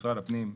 משרד הפנים,